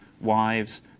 wives